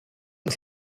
ens